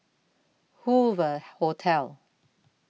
Hoover Hotel